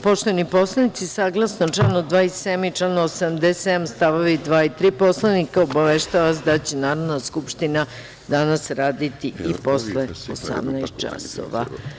Poštovani poslanici, saglasno članu 27. i 87. stavova 2. i 3. Poslovnika, obaveštava vas da će Narodna skupština danas raditi i posle 18.00 časova.